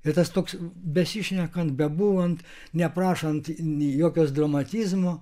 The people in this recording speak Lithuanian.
ir tas toks besišnekant bebūnant neprašant nei jokios dramatizmo